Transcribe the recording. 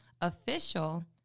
Official